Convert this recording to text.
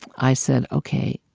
i said, ok,